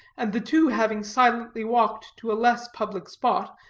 and the two having silently walked to a less public spot,